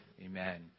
Amen